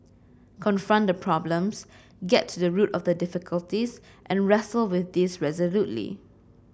confront the problems get to the root of the difficulties and wrestle with these resolutely